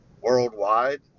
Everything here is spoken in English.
worldwide